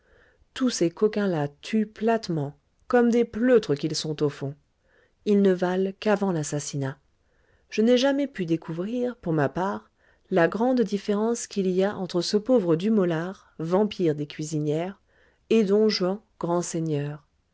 tous ces coquins-là tuent platement comme des pleutres qu'ils sont au fond ils ne valent qu'avant l'assassinat je n'ai jamais pu découvrir pour ma part la grande différence qu'il y a entre ce pauvre dumolard vampire des cuisinières et don juan grand seigneur